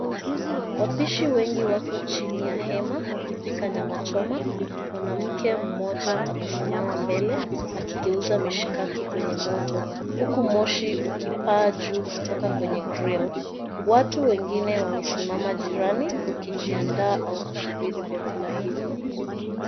Wapishi wengi wako chini ya hema wakipika nyama choma, mwanamke mmoja amesimama mbele akigeuza mishikaki kwenye moto huku moshi ukipaa juu kutoka kwenye grill. Watu wengine wamesimama jirani wakijiandaa au kusibiri vyakula hivyo.